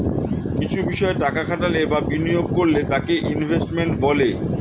কিছু বিষয় টাকা খাটালে বা বিনিয়োগ করলে তাকে ইনভেস্টমেন্ট বলে